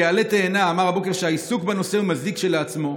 כעלה תאנה, אמר הבוקר שהעיסוק בנושא מזיק כשלעצמו,